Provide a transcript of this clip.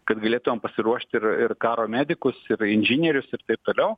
kad galėtumėm pasiruošti ir ir karo medikus ir inžinierius ir taip toliau